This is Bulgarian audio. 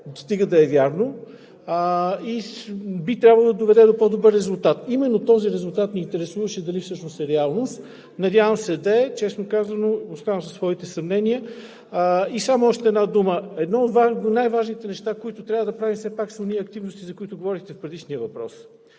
стига да е вярно, би трябвало да доведе до по-добър резултат. Именно този резултат ме интересуваше дали всъщност е реалност. Надявам се да е! Честно казано оставам със своите съмнения. И само още една дума. Едно от най-важните неща, които трябва да правим все пак, са онези активности, за които говорихте в предишния въпрос,